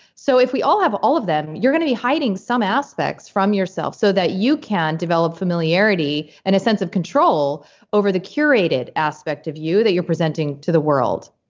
so if we all have all of them, you're going to be hiding some aspects from yourself so that you can develop familiarity and a sense of control over the curated aspect of you that you're presenting to the world.